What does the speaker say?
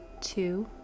two